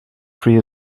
free